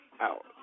out